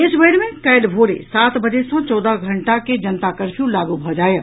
देशभरि मे काल्हि भोरे सात बजे सँ चौदह घंटा के जनता कर्फयू लागू भऽ जायत